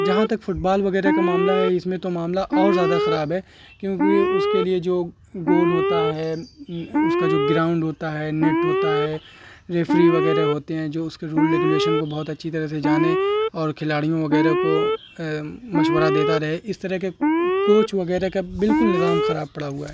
جہاں تک football وغیرہ کا معاملہ ہے اس میں تو معاملہ اور زیادہ خراب ہے کیونکہ اس کے لیے جو گول ہوتا ہے اس کا جو گراؤنڈ ہوتا ہے نیٹ ہوتا ہے ریفری وغیرہ ہوتے ہیں جو اس کے رول ریگولیشن کو بہت اچھی طرح سے جانیں اور کھلاڑیوں وغیرہ کو مشورہ دیتا رہے اس طرح کے کوچ وغیرہ کا بالکل نظام خراب پڑا ہوا ہے